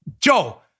joe